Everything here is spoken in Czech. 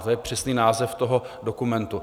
To je přesný název toho dokumentu.